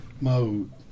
mode